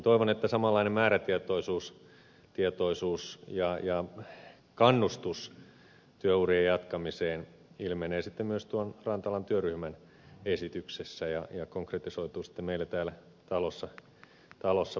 toivon että samanlainen määrätietoisuus ja kannustus työurien jatkamiseen ilmenee sitten myös tuon rantalan työryhmän esityksessä ja konkretisoituu meillä täällä talossa päätöksenteossa